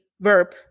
verb